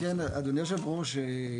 אדוני היושב-ראש,